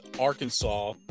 Arkansas